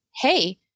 hey